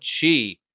Chi